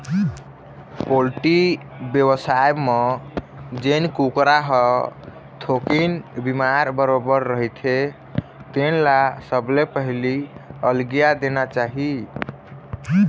poultry बेवसाय म जेन कुकरा ह थोकिन बिमार बरोबर रहिथे तेन ल सबले पहिली अलगिया देना चाही